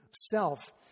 self